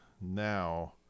now